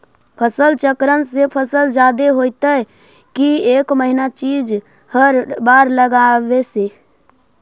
फसल चक्रन से फसल जादे होतै कि एक महिना चिज़ हर बार लगाने से?